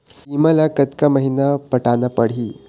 बीमा ला कतका महीना पटाना पड़ही?